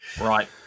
Right